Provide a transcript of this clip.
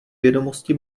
vědomosti